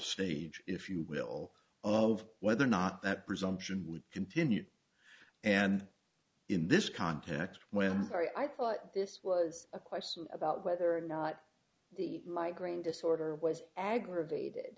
stage if you will of whether or not that presumption would continue and in this context well i'm sorry i thought this was a question about whether or not the migraine disorder was aggravated